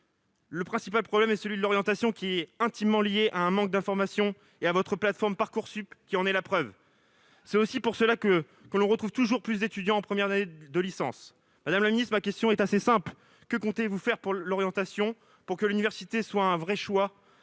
Le principal problème, c'est l'orientation, un problème intimement lié au manque d'information ; votre plateforme Parcoursup en est la preuve. C'est aussi pour cela que l'on retrouve toujours plus d'étudiants en première année de licence. Madame la ministre, ma question est simple : que comptez-vous faire pour l'orientation, afin que l'université soit un vrai choix